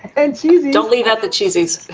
and cheesies. don't leave out the cheesies.